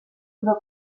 über